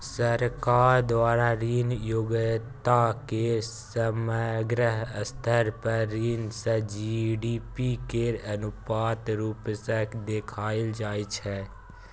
सरकार द्वारा ऋण योग्यता केर समग्र स्तर पर ऋण सँ जी.डी.पी केर अनुपात रुप सँ देखाएल जाइ छै